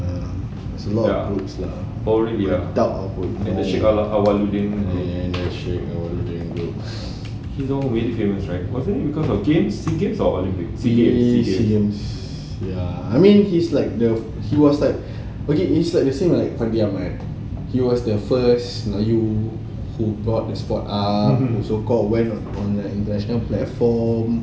err there's a lot of groups lah yeah sheik alauddin group he sea games ya I mean he's like the he was like he's like the same like fandi ahmad he was the first melayu who got the spot ah so called went on international platform